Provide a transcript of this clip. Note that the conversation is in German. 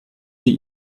sie